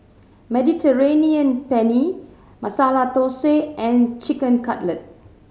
Mediterranean Penne Masala Dosa and Chicken Cutlet